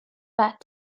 that